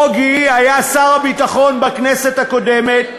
בוגי היה שר הביטחון בכנסת הקודמת,